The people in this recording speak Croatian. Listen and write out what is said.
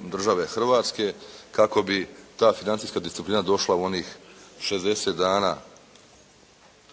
države Hrvatske kako bi ta financijska disciplina došla u onih 60 dana